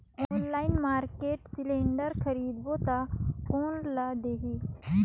Online market cylinder खरीदबो ता कोन ला देही?